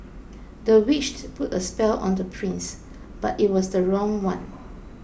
the witch put a spell on the prince but it was the wrong one